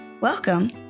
Welcome